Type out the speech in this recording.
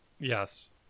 Yes